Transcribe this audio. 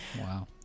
Wow